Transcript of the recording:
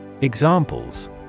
Examples